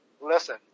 Listen